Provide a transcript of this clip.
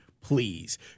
Please